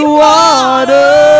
water